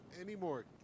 anymore